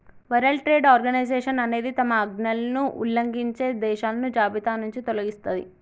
world Trade Organization అనేది తమ ఆజ్ఞలను ఉల్లంఘించే దేశాలను జాబితానుంచి తొలగిస్తది